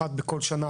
אחת בכל שנה,